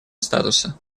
статуса